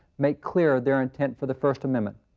make clear their intent for the first amendment.